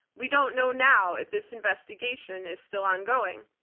we don't know now if this investigation is still ongoing.